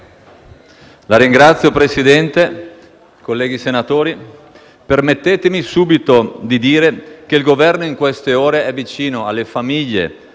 Signor Presidente, colleghi senatori, permettetemi subito di dire che il Governo in queste ore è vicino alle famiglie